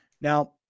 Now